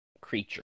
Creature